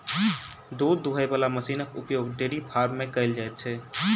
दूध दूहय बला मशीनक उपयोग डेयरी फार्म मे कयल जाइत छै